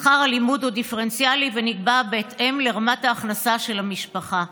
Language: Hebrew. שכר הלימוד הוא דיפרנציאלי ונקבע בהתאם לרמת ההכנסה של המשפחה.